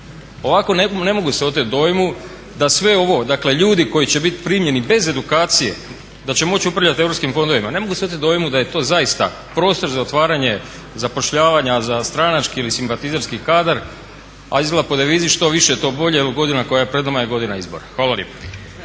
Ovako ne mogu se otet dojmu da sve ovo, dakle ljudi koji će biti primljeni bez edukacije, da će moći upravljati EU fondovima. Ne mogu se otet dojmu da je to zaista prostor za otvaranje zapošljavanja za stranački ili simpatizerski kadar, a izgleda po devizi što više to bolje, jer godina koja je pred nama je godina izbora. Hvala